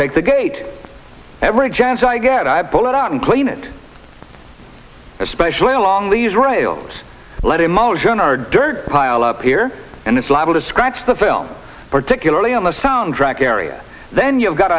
take the gate every chance i get i pull it out and clean it especially along these rails let emotion or dirt pile up here and it's liable to scratch the film particularly on the soundtrack area then you've got